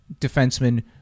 defenseman